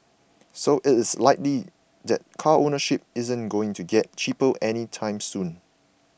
so it is likely that car ownership isn't going to get cheaper anytime soon